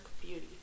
beauty